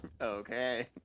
Okay